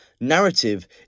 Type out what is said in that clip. Narrative